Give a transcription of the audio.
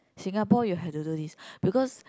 Singapore you have to do this because